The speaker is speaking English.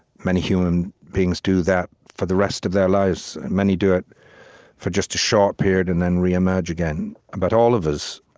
many human beings do that for the rest of their lives. many do it for just a short period and then reemerge again. but all of us